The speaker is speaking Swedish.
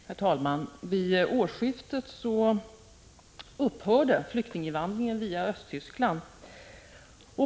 Herr talman! Vid årsskiftet upphörde flyktinginvandringen via Östtyskland.